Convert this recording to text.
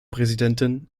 präsidentin